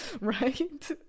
Right